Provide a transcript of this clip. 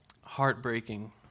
heartbreaking